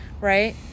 Right